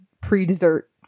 pre-dessert